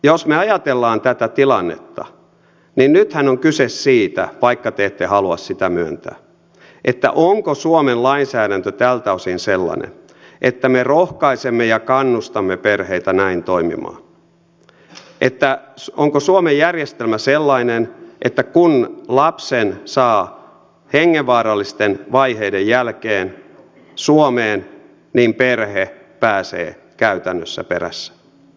jos me ajattelemme tätä tilannetta niin nythän on kyse siitä vaikka te ette halua sitä myöntää onko suomen lainsäädäntö tältä osin sellainen että me rohkaisemme ja kannustamme perheitä näin toimimaan onko suomen järjestelmä sellainen että kun lapsen saa hengenvaarallisten vaiheiden jälkeen suomeen niin perhe pääsee käytännössä perässä